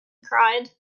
cried